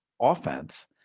offense